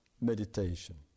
meditation